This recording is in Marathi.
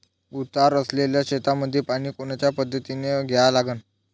उतार असलेल्या शेतामंदी पानी कोनच्या पद्धतीने द्या लागन?